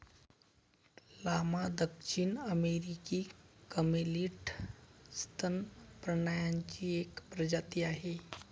llama दक्षिण अमेरिकी camelid सस्तन प्राण्यांची एक प्रजाती आहे